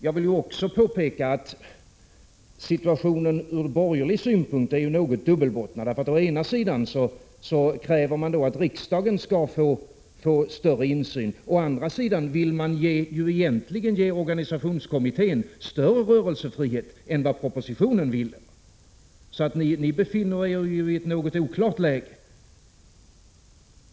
Jag vill också påpeka att situationen ur borgerlig synpunkt är något dubbelbottnad. Å ena sidan kräver man att riksdagen skall få större insyn, å andra sidan vill man egentligen ge organisationskommittén större rörelsefrihet än vad propositionen vill. Ni befinner er i ett något oklart läge.